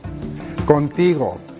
Contigo